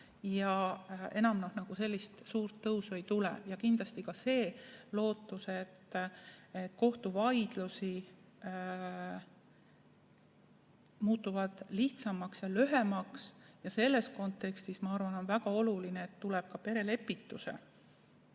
ja enam sellist suurt tõusu ei tule. Kindlasti on meil ka see lootus, et kohtuvaidlused muutuvad lihtsamaks ja lühemaks. Selles kontekstis, ma arvan, on väga oluline, et ka perelepituse